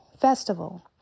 festival